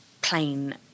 plain